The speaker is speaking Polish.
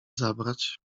zabrać